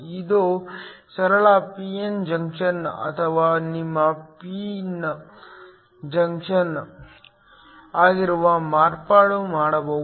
ಇದು ಸರಳ P N junction ಅಥವಾ ನಿಮ್ಮ ಪಿನ್ ಜಂಕ್ಷನ್ ಆಗಿರುವ ಮಾರ್ಪಾಡು ಮಾಡಬಹುದು